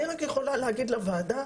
אני רק יכולה להגיד לוועדה